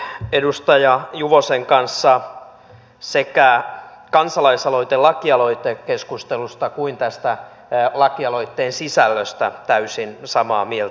olen edustaja juvosen kanssa sekä kansalaisaloite ja lakialoitekeskustelusta että tästä lakialoitteen sisällöstä täysin samaa mieltä